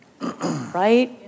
Right